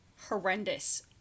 Horrendous